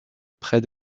près